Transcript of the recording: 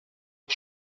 die